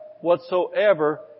whatsoever